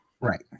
Right